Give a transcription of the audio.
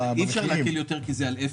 אי-אפשר להקל יותר כי זה על אפס,